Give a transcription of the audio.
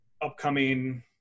upcoming